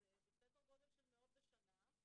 למעשה בסדר גודל של מאות בשנה.